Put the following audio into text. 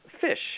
fish